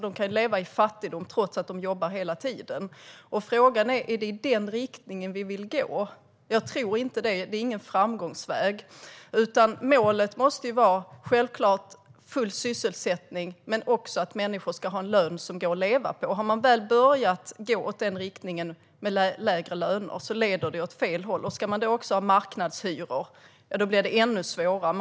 De kan leva i fattigdom trots att de jobbar hela tiden. Frågan är: Är det i den riktningen vi vill gå? Jag tror inte det. Det är ingen framgångsväg, utan målet måste självklart vara full sysselsättning men också att människor ska ha en lön som går att leva på. Har vi väl börjat gå i en riktning mot lägre löner leder det åt fel håll. Ska vi då också ha marknadshyror blir det ännu svårare.